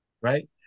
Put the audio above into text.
Right